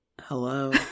Hello